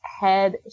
Head